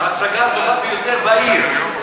ההצגה הטובה ביותר בעיר.